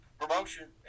promotion